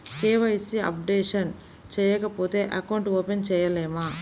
KYC updation చేయకపోతే account open చేయలేమా?